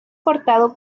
cortado